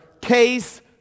Case